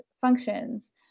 functions